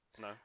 No